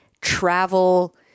travel